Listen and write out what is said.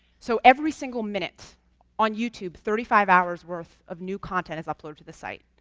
so every single minute on youtube, thirty five hours worth of new content is uploaded to the site.